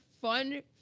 fun